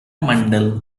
mandal